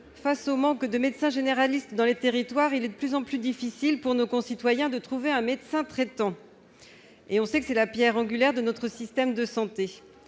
face au manque de médecins généralistes dans les territoires, il est de plus en plus difficile pour nos concitoyens de trouver un médecin traitant, qui, on le sait, est la pierre angulaire de notre système de santé.